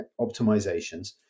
optimizations